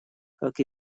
как